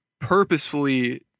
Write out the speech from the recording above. purposefully